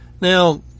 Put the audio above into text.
Now